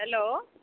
hello